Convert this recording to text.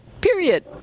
Period